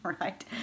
right